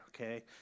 okay